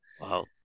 Wow